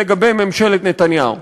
לגבי ממשלת נתניהו?